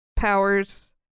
Powers